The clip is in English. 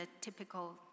typical